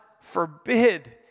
forbid